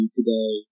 today